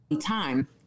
time